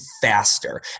faster